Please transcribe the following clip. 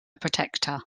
protector